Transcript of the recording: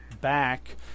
back